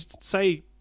say